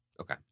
Okay